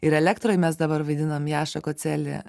ir elektroj mes dabar vaidiname jašą kocelį